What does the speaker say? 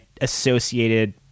associated